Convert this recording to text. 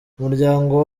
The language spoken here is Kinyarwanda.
umuryango